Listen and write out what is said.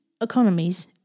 economies